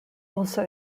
also